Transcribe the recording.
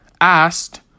asked